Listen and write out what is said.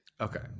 Okay